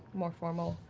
more formal.